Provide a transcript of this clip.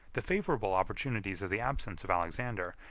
the favorable opportunities of the absence of alexander,